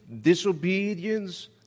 disobedience